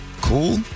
cool